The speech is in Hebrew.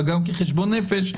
אלא גם כחשבון נפש.